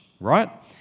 right